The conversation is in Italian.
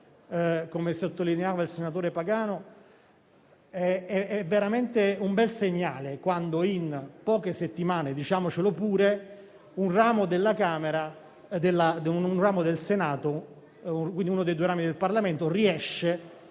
come sottolineava il senatore Pagano, è veramente un bel segnale quando in poche settimane - diciamocelo pure - uno dei due rami del Parlamento riesce